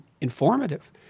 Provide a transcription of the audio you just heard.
informative